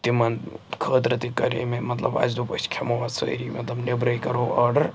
تِمَن خٲطرٕ تہِ کَرے مےٚ مطلب اَسہِ دوٚپ أسۍ کھٮ۪مو آزسٲری مطلب نٮ۪برٕے کَرو آرڈر